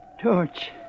Torch